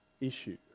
issue